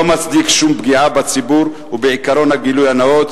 מצדיק שום פגיעה בציבור ובעקרון הגילוי הנאות,